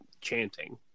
chanting